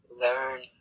learn